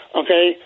okay